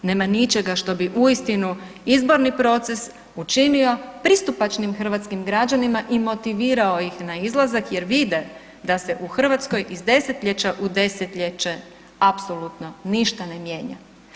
Nema ničega što bi uistinu izborni proces učinio pristupačnim hrvatskim građanima i motivirao ih na izlazak jer vide da se u Hrvatskoj iz desetljeća u desetljeće apsolutno ništa ne mijenja.